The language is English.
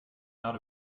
out